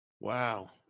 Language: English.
Wow